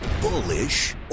Bullish